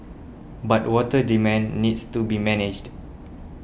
but water demand needs to be managed